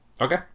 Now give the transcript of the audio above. Okay